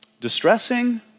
Distressing